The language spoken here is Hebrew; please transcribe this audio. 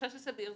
החשש הסביר.